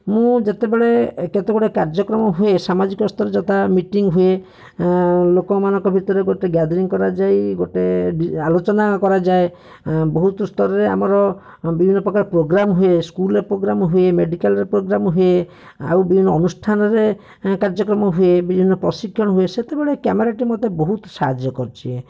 ମୁଁ ଯେତେବେଳେ କେତେଗୁଡ଼ିଏ କାର୍ଯ୍ୟକ୍ରମ ହୁଏ ସାମାଜିକ ସ୍ତରରେ ଯଥା ମିଟିଂ ହୁଏ ଲୋକମାନଙ୍କ ଭିତରେ ଗୋଟେ ଗ୍ୟାଦରିଂ କରାଯାଇ ଗୋଟେ ଆଲୋଚନା କରାଯାଏ ବହୁତ ସ୍ତରରେ ଆମର ବିଭିନ୍ନପ୍ରକାରର ପ୍ରୋଗ୍ରାମ୍ ହୁଏ ସ୍କୁଲ୍ରେ ପ୍ରୋଗ୍ରାମ୍ ହୁଏ ମେଡ଼ିକାଲ୍ରେ ପ୍ରୋଗ୍ରାମ୍ ହୁଏ ଆଉ ବିଭିନ୍ନ ଅନୁଷ୍ଠାନରେ କାର୍ଯ୍ୟକ୍ରମ ହୁଏ ବିଭିନ୍ନ ପ୍ରଶିକ୍ଷଣ ସେତେବେଳେ କ୍ୟାମେରାଟି ମୋତେ ବହୁତ ସାହାଯ୍ୟ କରିଛି